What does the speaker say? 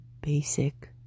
basic